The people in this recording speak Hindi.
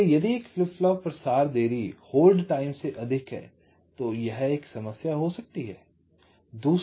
इसलिए यदि एक फ्लिप फ्लॉप प्रसार देरी होल्ड टाइम से अधिक है तो एक समस्या हो सकती है